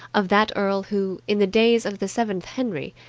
of that earl who, in the days of the seventh henry,